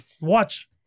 Watch